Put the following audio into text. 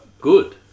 good